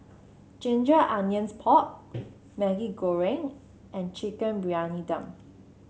Ginger Onions Pork Maggi Goreng and Chicken Briyani Dum